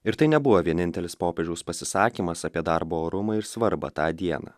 ir tai nebuvo vienintelis popiežiaus pasisakymas apie darbo orumą ir svarbą tą dieną